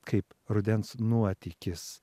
kaip rudens nuotykis